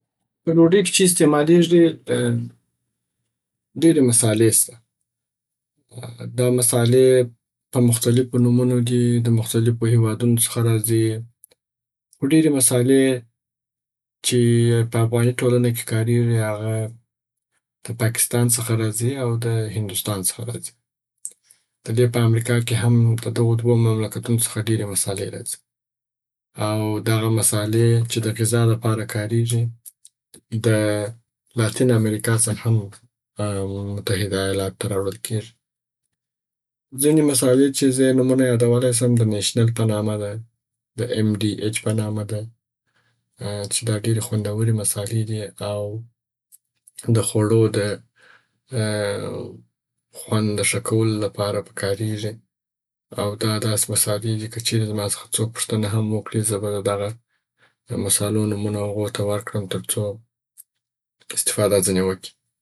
آ، په ډوډۍ کې چې استعمالیږي، ډېري مصالې سته. دا مصالې په مختلیفو نمونو دي د مختلیفو هیوادونو څخه راځي. ډېري مصالې چې په افغاني ټولنه کې کاریږي، هغه د پاکستان څخه راځي او د هندوستان څخه راځي. دلې په امریکا کې هم د دغو دوو مملکتونو څخه ډېرې مصالې راځي. او دغه مصالې چې د غذا لپاره کاریږي، د لاتین امریکا څخه هم متحده ایالاتو ته راوړل کیږي. ځیني مصالې چې زه یې نمونه یادولای سم د نیشنل په نامه ده، د ام ډي اچ په نامه ده چې دا ډېرې خوندوري مصالې دي چې د خوړو د خوند د ښه کولو لپاره په کاریږي. او دا داسي مصالې دي که چیري زما څخه څوک پوښتنه هم وکړي زه به د دغه مصالو نمونه هغو ته ورکړم تر څو استفاده ځیني وکړي.